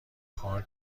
پارک